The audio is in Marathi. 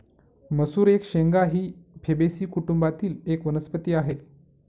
मसूर एक शेंगा ही फेबेसी कुटुंबातील एक वनस्पती आहे